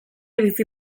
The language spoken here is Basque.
bizi